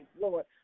Lord